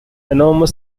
enormous